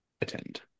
attend